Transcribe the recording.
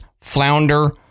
flounder